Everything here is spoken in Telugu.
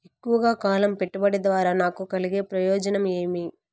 ఎక్కువగా కాలం పెట్టుబడి ద్వారా నాకు కలిగే ప్రయోజనం ఏమి?